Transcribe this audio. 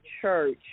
church